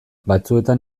batzuetan